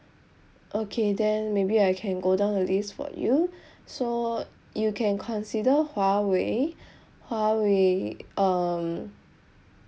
okay then maybe I can go down the list for you so you can consider huawei huawei um